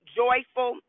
joyful